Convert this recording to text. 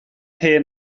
hen